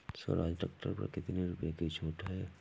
Swaraj tractor पर कितनी रुपये की छूट है?